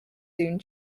soon